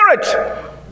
spirit